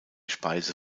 speise